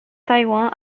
taiwan